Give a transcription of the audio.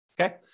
Okay